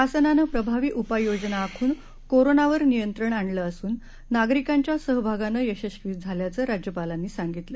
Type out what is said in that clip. शासनानं प्रभावी उपायजोजना आखून कोरोनावर नियंत्रण आणलं असून नागरिकांच्या सहभागानं यशस्वी झाल्याचं राज्यपालांनी सांगितलं